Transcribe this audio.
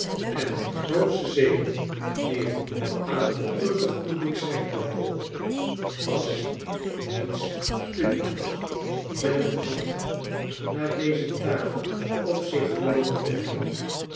en dat de grootste zegen dien het aan het ongelukkige publiek schenken kon was niets te doen clennam had na deze taak op zich genomen te hebben